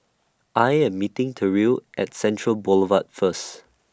I Am meeting Terrill At Central Boulevard First